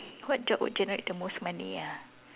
what job would generate the most money ah